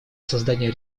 создания